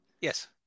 Yes